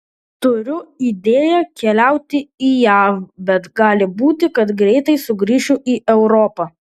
turiu idėją keliauti į jav bet gali būti kad greitai sugrįšiu į europą